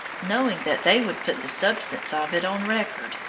knowing that they would put the substance of it on record,